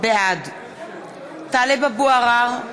בעד טלב אבו עראר,